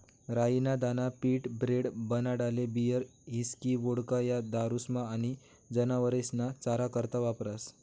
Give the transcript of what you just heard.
राई ना दाना पीठ, ब्रेड, बनाडाले बीयर, हिस्की, वोडका, या दारुस्मा आनी जनावरेस्ना चारा करता वापरास